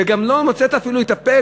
וגם לא מוצאת לנכון אפילו להתאפק,